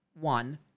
one